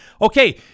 Okay